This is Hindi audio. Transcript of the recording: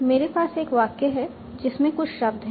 मेरे पास एक वाक्य है जिसमें कुछ शब्द है